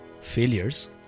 failures